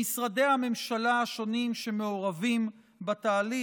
למשרדי הממשלה השונים שמעורבים בתהליך,